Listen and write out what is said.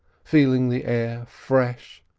feeling the air fresh,